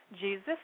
Jesus